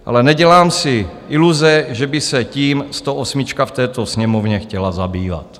Ale nedělám si iluze, že by se tím stoosmička v této Sněmovně chtěla zabývat.